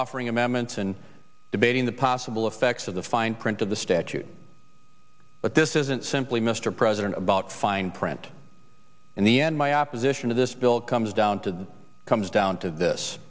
offering amendments and debating the possible effects of the fine print of the statute but this isn't simply mr president about fine print in the end my opposition to this bill comes down to comes down to this